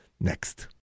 Next